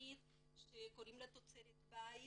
תכנית שקוראים לה "תוצרת בית"